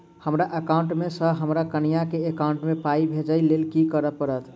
हमरा एकाउंट मे सऽ हम्मर कनिया केँ एकाउंट मै पाई भेजइ लेल की करऽ पड़त?